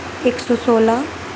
ایک سو سولہ